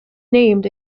named